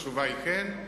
התשובה היא: כן.